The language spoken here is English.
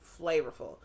flavorful